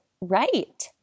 right